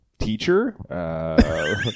Teacher